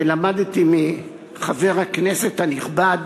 ולמדתי מחבר הכנסת הנכבד,